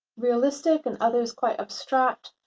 realistic and others quite abstract.